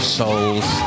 souls